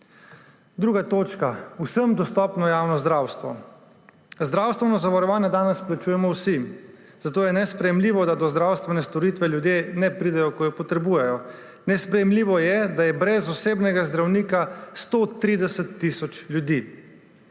Druga točka – vsem dostopno javno zdravstvo. Zdravstveno zavarovanje danes plačujemo vsi, zato je nesprejemljivo, da do zdravstvene storitve ljudje ne pridejo, ko je potrebujejo. Nesprejemljivo je, da je brez osebnega zdravnika 130 tisoč ljudi.